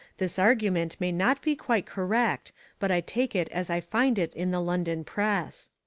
this argument may not be quite correct but i take it as i find it in the london press.